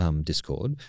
discord